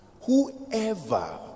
Whoever